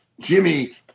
Jimmy